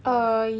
or what